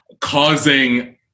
Causing